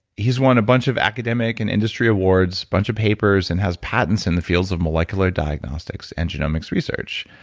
he's won a bunch of academic and industry awards, bunch of papers, and has patents in the fields of molecular diagnostics and genomics research.